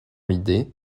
l’idée